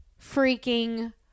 freaking